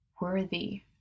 worthy